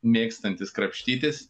mėgstantis krapštytis